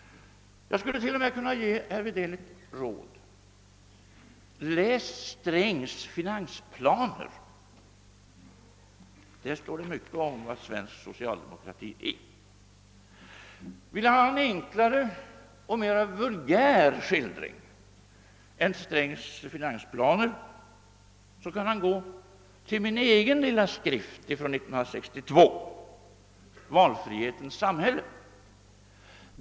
Jag skulle till och med kunna ge herr Wedén ett råd: Läs herr Strängs finansplaner! I dem står mycket om vad svensk socialdemokrati är. Vill herr Wedén ha en enklare och mer vulgär skildring än Strängs finansplaner kan han studera min egen lilla skrift från 1962, »Valfrihetens samhälle».